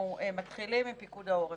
אנחנו מתחילים עם פיקוד העורף,